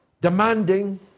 demanding